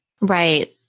Right